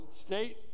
state